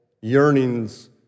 yearnings